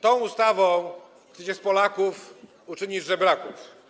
Tą ustawą chcecie z Polaków uczynić żebraków.